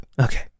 okay